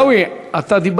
לעיסאווי אני תמיד מוכן לוותר.